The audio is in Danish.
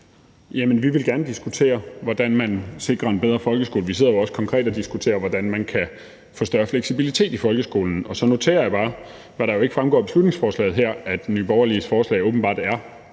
Vi vil gerne diskutere, hvordan man sikrer en bedre folkeskole. Vi sidder jo også konkret og diskuterer, hvordan man kan få større fleksibilitet i folkeskolen. Så noterer jeg bare, hvilket jo ikke fremgår af beslutningsforslaget, at Nye Borgerliges forslag åbenbart er